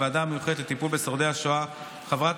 בוועדה המיוחדת לטיפול בשורדי השואה חברת